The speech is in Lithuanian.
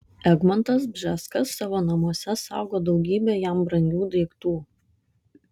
egmontas bžeskas savo namuose saugo daugybę jam brangių daiktų